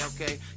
okay